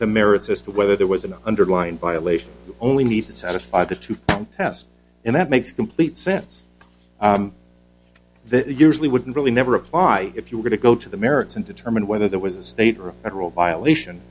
the merits as to whether there was an underlying violation only need to satisfy the two test and that makes complete sense that usually wouldn't really never apply if you're going to go to the merits and determine whether that was a state or a federal violation